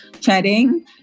chatting